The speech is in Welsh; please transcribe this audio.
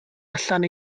allan